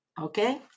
Okay